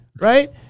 right